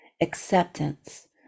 Acceptance